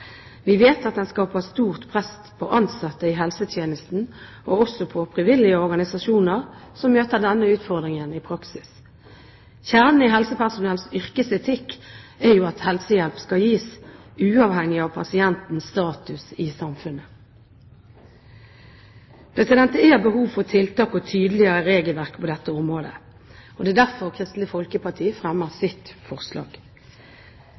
Vi vet at den skaper stort press på ansatte i helsetjenestene, og også på frivillige organisasjoner som møter denne utfordringen i praksis. Kjernen i helsepersonells yrkesetikk er jo at helsehjelp skal gis, uavhengig av pasientens status i samfunnet. Det er behov for tiltak og tydeligere regelverk på dette området. Det er derfor Kristelig Folkeparti fremmer sitt forslag. Dette forslaget får ikke flertallets stemmer i